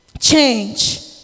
Change